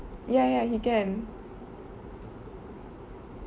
ya ya he can